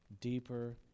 deeper